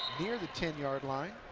near the ten-yard line.